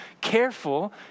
careful